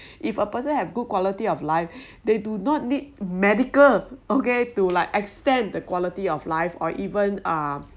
if a person have good quality of life they do not need medical okay to like extend the quality of life or even